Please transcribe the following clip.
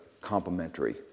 complementary